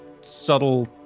subtle